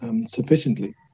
sufficiently